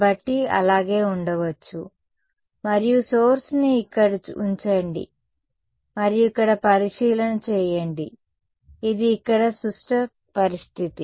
కాబట్టి అలాగే ఉండవచ్చు మరియు సోర్స్ ని ఇక్కడ ఉంచండి మరియు ఇక్కడ పరిశీలన చేయండి సరే ఇది ఇక్కడ సుష్ట పరిస్థితి